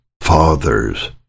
fathers